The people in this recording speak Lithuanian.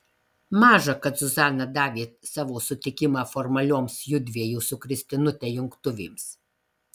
maža kad zuzana davė savo sutikimą formalioms judviejų su kristinute jungtuvėms